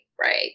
right